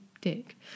dick